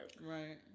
Right